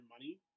money